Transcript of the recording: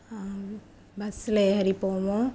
பஸ்ஸில் ஏறி போவோம்